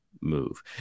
move